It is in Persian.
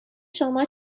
شما